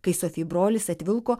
kai sofijai brolis atvilko